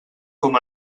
com